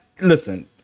Listen